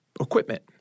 equipment